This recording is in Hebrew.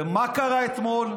ומה קרה אתמול?